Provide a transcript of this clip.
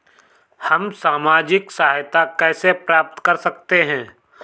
हम सामाजिक सहायता कैसे प्राप्त कर सकते हैं?